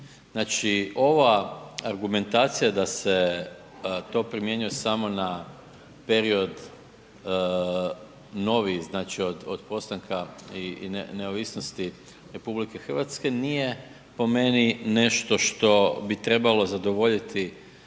Znači ova argumentacija da se to primjenjuje samo na period novi znači od postanka i neovisnosti RH nije po meni nešto što bi trebalo zadovoljiti ljude